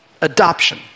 Adoption